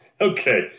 okay